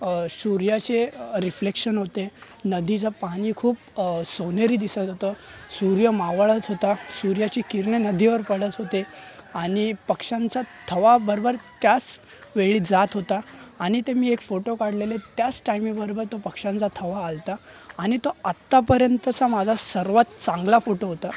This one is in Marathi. सूर्याचे रिफ्लेक्शन होते नदीचं पाणी खूप सोनेरी दिसत होतं सूर्य मावळत होता सूर्याची किरणे नदीवर पडत होते आणि पक्षांचा थवा बरोबर त्याच वेळी जात होता आणि ते मी एक फोटो काढलेले त्याच टाईमिंगबरोबर तो पक्षांचा थवा आला होता आणि तो आत्तापर्यंतचा माझा सर्वात चांगला फोटो होता